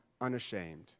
unashamed